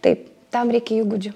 taip tam reikia įgūdžių